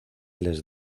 les